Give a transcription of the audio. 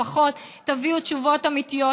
לפחות תביאו תשובות אמיתיות.